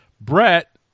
Brett